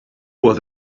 what